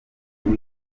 kuko